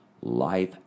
life